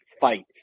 fight